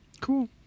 Cool